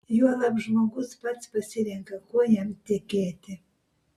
juolab žmogus pats pasirenka kuo jam tikėti